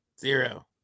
Zero